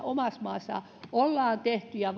omassa maassa olemme tehneet ja